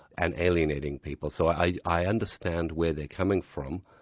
and alienating people. so i i understand where they're coming from.